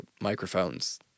microphones